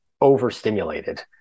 overstimulated